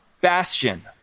Bastion